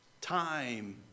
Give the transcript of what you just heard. Time